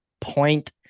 point –